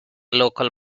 local